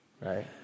right